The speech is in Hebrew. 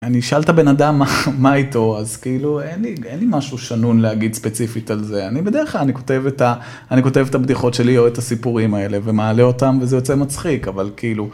אני אשאל את הבן אדם מה, חחח, מה איתו, אז כאילו, אין לי-אין לי משהו שנון להגיד ספציפית על זה. אני בדרך כלל, אני כותב את ה-אני כותב את הבדיחות שלי, או את הסיפורים האלה, ומעלה אותם, וזה יוצא מצחיק, אבל כאילו...